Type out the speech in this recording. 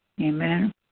Amen